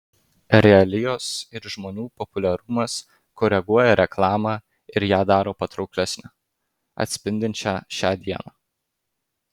realijos ir žmonių populiarumas koreguoja reklamą ir ją daro patrauklesnę atspindinčią šią dieną